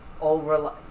over